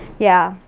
yeah,